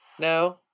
No